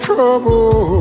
trouble